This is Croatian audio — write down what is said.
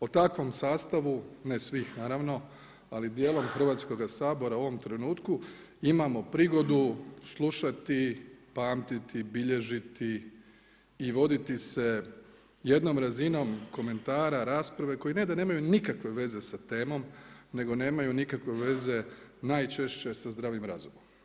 O takvom sastavu, ne svih naravno ali dijelom Hrvatskoga sabora u ovom trenutku imamo prigodu slušati, pamtiti, bilježiti i voditi se jednom razinom komentara rasprave koji je da nemaju nikakve veze sa temom nego nemaju nikakve veze najčešće sa zdravim razumom.